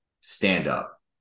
Stand-up